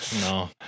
No